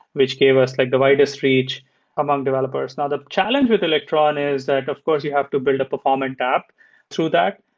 which gave us like the widest reach among developers. now the challenge with electron is that, of course, you have to build a performant app through that.